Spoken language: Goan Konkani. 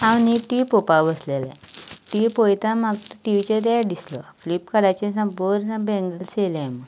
हांव न्ही टिवी पळोवपा बसलेलें टिवी पळयता म्हाका टिवीचेर एड दिसलो फ्लीपकाटाचेर सा बरी सा बँगल्सां येयल्याय म्हण